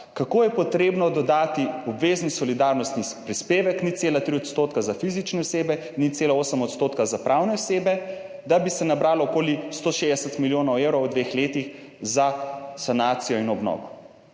kako je potrebno dodati. Obvezni solidarnostni prispevek 0,3 % za fizične osebe ni cela osem odstotka, za pravne osebe, da bi se nabralo okoli 160 milijonov evrov v dveh letih za sanacijo in obnovo.